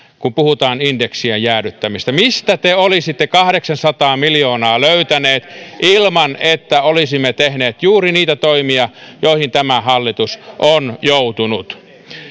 kun puhutaan indeksien jäädyttämisestä mistä te olisitte kahdeksansataa miljoonaa löytäneet ilman että olisimme tehneet juuri niitä toimia joihin tämä hallitus on joutunut